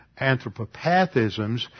anthropopathisms